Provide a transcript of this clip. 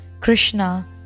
Krishna